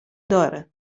داره